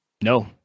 No